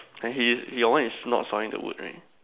and he your one is not sawing the wood right